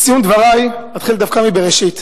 לסיום דברי אתחיל דווקא מבראשית.